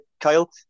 Kyle